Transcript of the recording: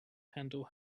handle